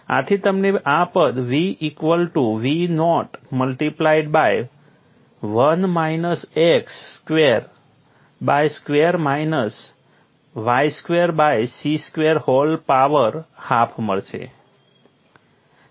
આથી મને આ પદ v equal to v not multiplied by 1 minus x square by square minus y square by c square whole power half મળશે